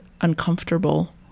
uncomfortable